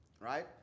right